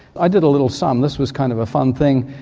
i did a little sum, this was kind of a fun thing,